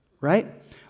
right